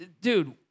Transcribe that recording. dude